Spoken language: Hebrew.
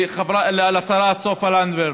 לשרה סופה לנדבר,